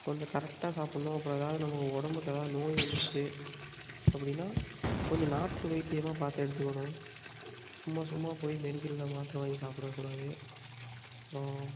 கொஞ்சம் கரெக்டாக சாப்பிட்ணும் அப்புறம் எதாவது நம்ம உடம்புக்கு எதாவது நோய் வந்துருச்சு அப்படின்னால் கொஞ்சம் நாட்டு வைத்தியமாக பார்த்து எடுத்துக்கணும் சும்மா சும்மா போய் மெடிக்கலில் மாத்தரை வாங்கி சாப்பிடக்கூடாது அப்பறம்